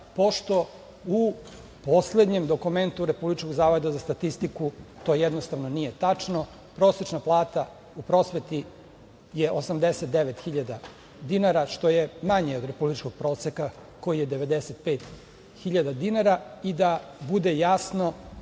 pošto u poslednjem dokumentu Republičkog zavoda za statistiku to jednostavno nije tačno. Prosečna plata u prosveti je 89.000 dinara, što je manje od republičkog proseka, koji je 95.000 dinara. Da bude jasno,